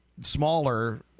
smaller